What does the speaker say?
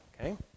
Okay